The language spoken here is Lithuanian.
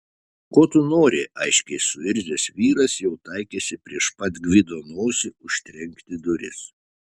ko tu nori aiškiai suirzęs vyras jau taikėsi prieš pat gvido nosį užtrenkti duris